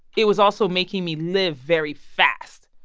it was also making me live very fast,